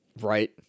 Right